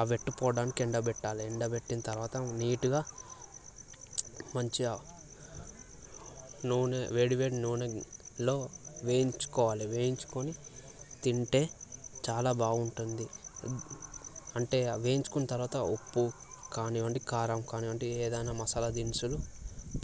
ఆ వెట్టు పోవడానికి ఎండబెట్టాలి ఎండబెట్టిన తర్వాత నీటుగా మంచిగా నూనె వేడి వేడి నూనెలో వేయించుకోవాలి వేయించుకొని తింటే చాలా బాగుంటుంది అంటే వేయించుకున్న తర్వాత ఉప్పు కానివ్వండి కారం కానివ్వండి ఏదైనా మసాలా దినుసులు